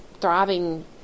thriving